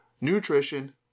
nutrition